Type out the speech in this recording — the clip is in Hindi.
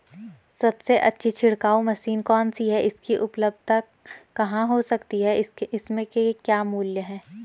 सबसे अच्छी छिड़काव मशीन कौन सी है इसकी उपलधता कहाँ हो सकती है इसके क्या मूल्य हैं?